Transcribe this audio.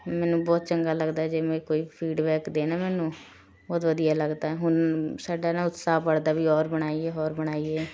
ਮੈਨੂੰ ਬਹੁਤ ਚੰਗਾ ਲੱਗਦਾ ਜਿਵੇਂ ਕੋਈ ਫੀਡਬੈਕ ਦੇਵੇ ਨਾ ਮੈਨੂੰ ਬਹੁਤ ਵਧੀਆ ਲੱਗਦਾ ਹੁਣ ਸਾਡਾ ਨਾ ਉਤਸ਼ਾਹ ਵੱਧਦਾ ਵੀ ਹੋਰ ਬਣਾਈਏ ਹੋਰ ਬਣਾਈਏ